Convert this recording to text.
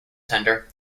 tender